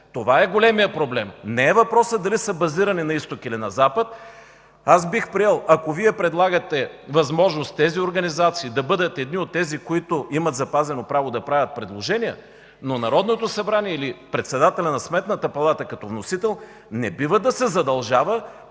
Това е големият проблем, не е въпросът дали са базирани на Изток или на Запад. Аз бих приел, ако Вие предлагате възможност организациите да бъдат едни от тези, които имат запазено право да правят предложения, но Народното събрание или председателят на Сметната палата като вносител не бива да се задължава